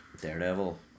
Daredevil